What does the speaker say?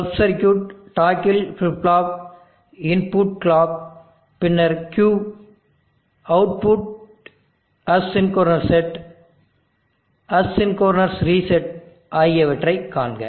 sub circuit டாக்கில் flip flop input clock பின்னர் Q output asynchronous set asynchronous reset ஆகியவற்றைக் காண்க